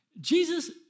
Jesus